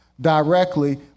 directly